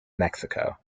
mexico